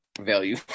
value